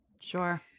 sure